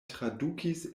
tradukis